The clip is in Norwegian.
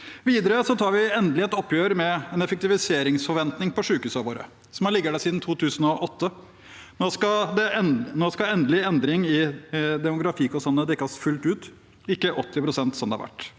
Videre tar vi endelig et oppgjør med en effektiviseringsforventning på sykehusene våre som har ligget der siden 2008. Nå skal endelig endring i demografikostnadene dekkes fullt ut, ikke 80 pst. som det har vært.